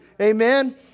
Amen